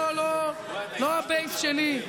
לא הבייס שלי,